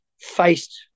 faced